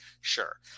Sure